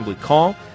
Call